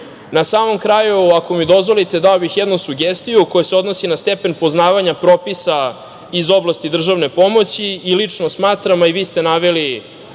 samom kraju, ako mi dozvolite, dao bih jednu sugestiju koja se odnosi na stepen poznavanja propisa iz oblasti državne pomoći i lično smatram, a i vi ste to naveli